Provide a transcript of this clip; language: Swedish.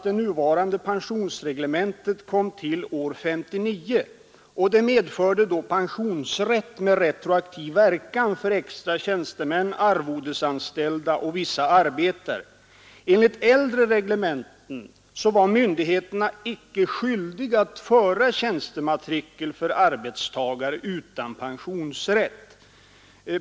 Det nuvarande pensionsreglementet kom till år 1959, och det medförde då pensionsrätt med retroaktiv verkan för extra tjänstemän, arvodesanställda och vissa arbetare. Enligt äldre reglementen var myndigheterna icke skyldiga att föra tjänstematrikel för arbetstagare utan pensionsrätt.